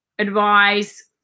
advise